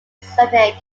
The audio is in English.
scenic